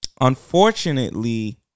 unfortunately